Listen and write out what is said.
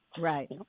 Right